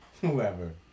Whoever